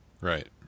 Right